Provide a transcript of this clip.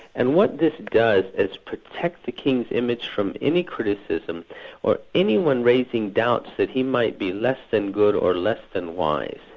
and what this does is protect the king's image from any criticism or anyone raising doubts that he might be less than good or less than wise,